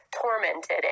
tormented